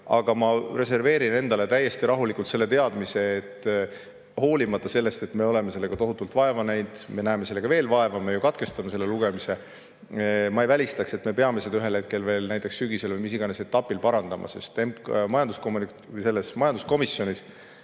Aga ma reserveerin endale täiesti rahulikult selle teadmise, et hoolimata sellest, et me oleme sellega tohutult vaeva näinud – me näeme sellega veel vaeva, me ju katkestame selle lugemise –, ma ei välistaks, et me peame seda veel parandama ühel hetkel, näiteks sügisel või mis iganes etapis. Minu majanduskomisjoni